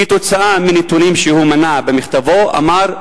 שכתוצאה מנתונים שהוא מנה במכתבו, הוא אמר: